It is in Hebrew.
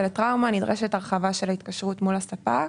לטראומה נדרשת הרחבה של ההתקשרות מול הספק.